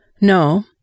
No